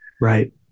Right